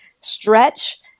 stretch